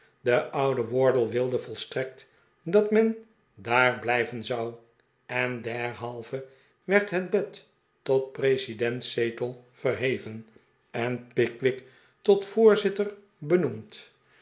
de oilde wardle wilde volstrekt dat men daar blijven zouj en derhalve werd het bed tot presidentszetel verheven en pickwick tot voorzitter benoemd